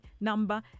number